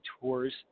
tours